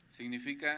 Significa